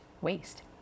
waste